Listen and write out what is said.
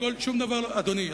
אדוני,